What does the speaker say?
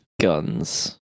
Guns